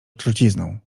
trucizną